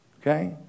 okay